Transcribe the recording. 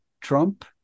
Trump